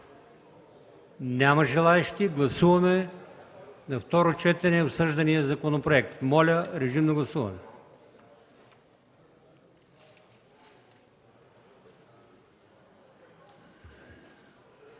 Няма желаещи. Гласуваме на второ четене обсъждания законопроект. Моля, гласувайте.